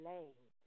Lane